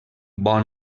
bon